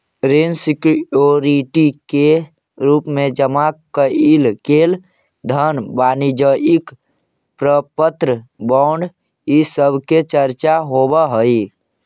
ऋण सिक्योरिटी के रूप में जमा कैइल गेल धन वाणिज्यिक प्रपत्र बॉन्ड इ सब के चर्चा होवऽ हई